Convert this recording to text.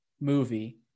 movie